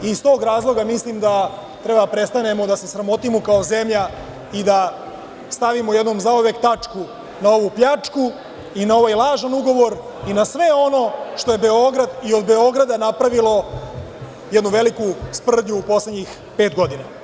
Iz tog razloga mislim da prvo prestanemo da se sramotimo kao zemlja i da stavimo jednom zauvek tačku na ovu pljačku i na ovaj lažan ugovor i na sve ono što je Beograd i od Beograda napravilo jednu veliku sprdnju u poslednjih pet godina.